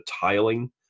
tiling